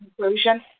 conclusion